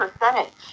percentage